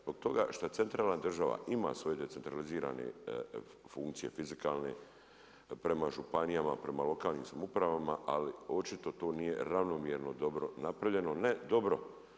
Zbog toga šta centralna država ima svoje decentralizirane funkcije fizikalne prema županijama, prema lokalnim samoupravama ali očito to nije ravnomjerno dobro napravljeno, ne dobro.